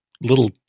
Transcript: little